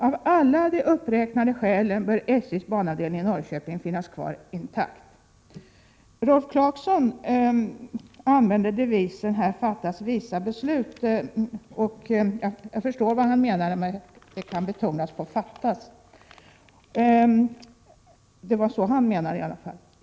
Av alla de uppräknade skälen bör SJ:s banavdelning i Norrköping finnas kvar intakt. Rolf Clarkson citerade devisen ”här fattas visa beslut” — med tonvikten på ”fattas”.